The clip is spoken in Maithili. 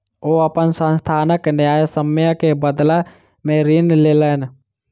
ओ अपन संस्थानक न्यायसम्य के बदला में ऋण लेलैन